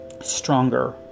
stronger